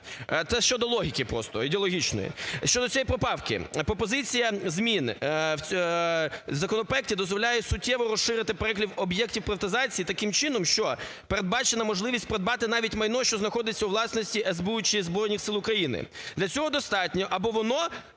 Це щодо логіки просто ідеологічної. Щодо цієї поправки. Пропозиція змін, в законопроекті дозволяє суттєво розширити перелік об'єктів приватизації таким чином, що передбачена можливість придбати майно, що знаходиться у власності СБУ чи Збройних Сил України. Для цього достатньо, аби воно,